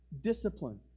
discipline